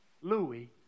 Louis